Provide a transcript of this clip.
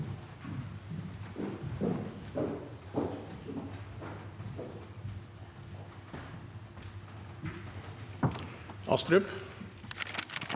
Astrup